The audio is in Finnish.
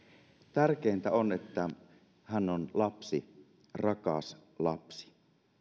tärkeintä on että hän on lapsi rakas lapsi